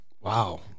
wow